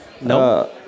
no